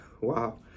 wow